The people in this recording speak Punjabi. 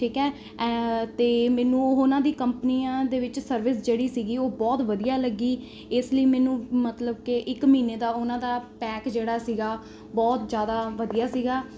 ਠੀਕ ਹੈ ਅਤੇ ਮੈਨੂੰ ਉਹਨਾਂ ਦੀ ਕੰਪਨੀਆਂ ਦੇ ਵਿੱਚ ਸਰਵਿਸ ਜਿਹੜੀ ਸੀਗੀ ਉਹ ਬਹੁਤ ਵਧੀਆ ਲੱਗੀ ਇਸ ਲਈ ਮੈਨੂੰ ਮਤਲਬ ਕਿ ਇੱਕ ਮਹੀਨੇ ਦਾ ਉਹਨਾਂ ਦਾ ਪੈਕ ਜਿਹੜਾ ਸੀਗਾ ਬਹੁਤ ਜ਼ਿਆਦਾ ਵਧੀਆ ਸੀਗਾ